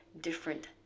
different